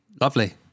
Lovely